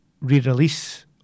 re-release